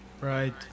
Right